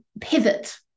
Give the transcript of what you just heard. pivot